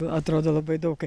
atrodo labai daug